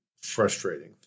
frustrating